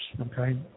okay